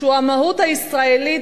שהוא המהות הישראלית,